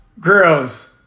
girls